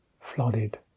flooded